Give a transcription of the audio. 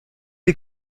les